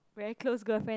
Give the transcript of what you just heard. very close girl friend